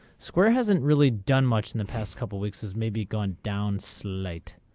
square hasn't really done much in the past couple weeks is maybe gone down since late.